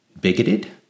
bigoted